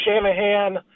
Shanahan